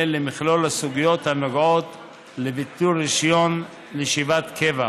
למכלול הסוגיות הנוגעות לביטול רישיון לישיבת קבע,